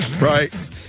Right